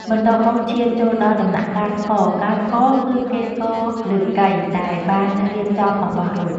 បន្ទាប់មកឈានចូលដល់ដំណាក់កាលថ្ករ ការថ្ករ គឺគេថ្ករលើកីដែលបានរៀបចំអំបោះរួច។